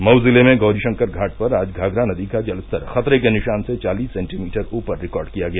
मऊ जिले में गौरीशंकर घाट पर आज घाघरा नदी का जलस्तर खतरे के निशान से चालिस सेंटीमीटर ऊपर रिकार्ड किया गया